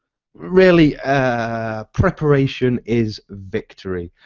really preparation is victory.